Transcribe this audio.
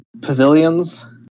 pavilions